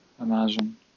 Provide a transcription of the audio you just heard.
imagine